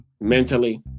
mentally